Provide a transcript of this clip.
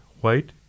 white